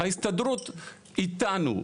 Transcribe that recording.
ההסתדרות איתנו.